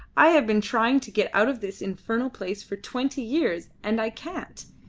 i have been trying to get out of this infernal place for twenty years, and i can't.